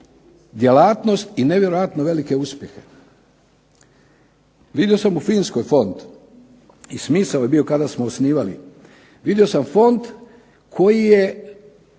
djelatnost i nevjerojatno velike uspjehe. Vidio sam u Finskoj fond, i smisao je bio kada smo osnivali, vidio sam fond koji je